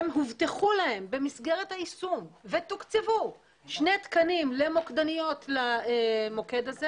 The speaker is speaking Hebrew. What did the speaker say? הם הובטחו להם במסגרת היישום ותוקצבו שני תקנים למוקדניות למוקד הזה.